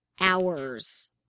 hours